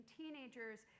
teenagers